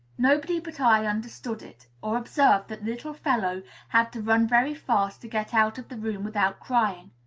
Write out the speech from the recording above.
nobody but i understood it, or observed that the little fellow had to run very fast to get out of the room without crying.